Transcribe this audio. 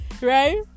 Right